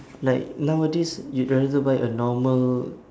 like nowadays you rather buy a normal